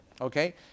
Okay